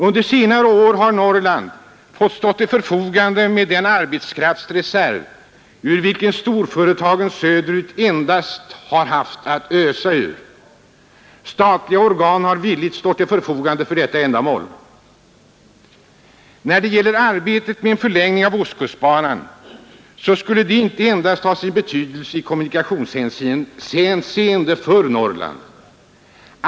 Under senare år har Norrland fått stå till förfogande med den arbetskraftsreserv ur vilken storföretagen söderut endast har haft att ösa. Statliga organ har villigt stått till förfogande för detta ändamål. Arbetet med en förlängning av ostkustbanan skulle inte endast ha sin betydelse i kommunikationshänseende för Norrland.